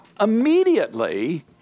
Immediately